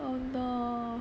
oh no